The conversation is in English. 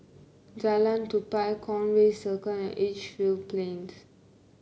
Jalan Tupai Conway Circle and Edgefield Plains